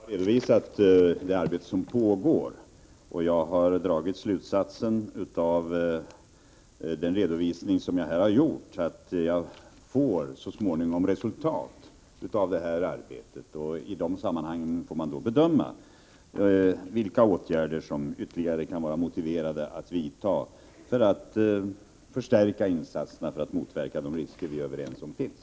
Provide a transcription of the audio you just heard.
Fru talman! Jag har redovisat det arbete som pågår, och jag har dragit slutsatsen att jag så småningom får ett resultat av arbetet. I de sammanhangen får man bedöma vilka ytterligare åtgärder som kan vara motiverade att vidta för att förstärka insatserna när det gäller att motverka de risker som vi är överens om finns.